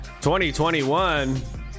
2021